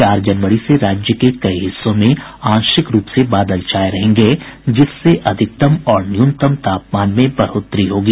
चार जनवरी से राज्य के कई हिस्सों में आंशिक रूप से बादल छाये रहेंगे जिससे अधिकतम और न्यूनतम तापमान में वृद्धि होगी